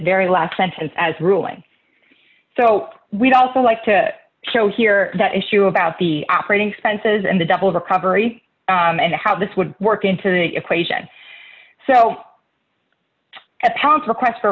very last sentence as ruling so we'd also like to show here that issue about the operating expenses and the double recovery and how this would work into the equation so at pownce request for